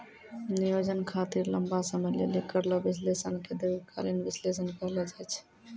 नियोजन खातिर लंबा समय लेली करलो विश्लेषण के दीर्घकालीन विष्लेषण कहलो जाय छै